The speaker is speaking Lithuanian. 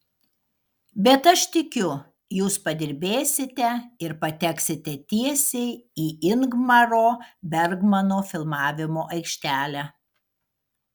bet aš tikiu jūs padirbėsite ir pateksite tiesiai į ingmaro bergmano filmavimo aikštelę